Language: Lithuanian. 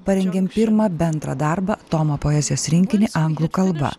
parengėm pirmą bendrą darbą tomo poezijos rinkinį anglų kalba